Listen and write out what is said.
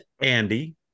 Andy